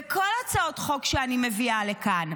וכל הצעות החוק שאני מביאה לכאן,